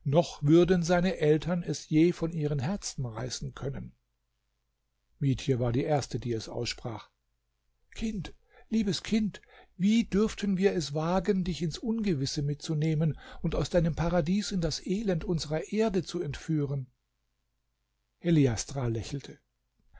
noch würden seine eltern es je von ihren herzen reißen können mietje war die erste die es aussprach kind liebes kind wie dürften wir es wagen dich ins ungewisse mitzunehmen und aus deinem paradies in das elend unserer erde zu entführen heliastra lächelte